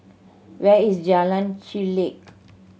where is Jalan Chulek